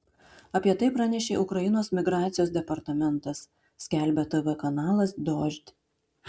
apie tai pranešė ukrainos migracijos departamentas skelbia tv kanalas dožd